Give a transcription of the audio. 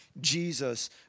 Jesus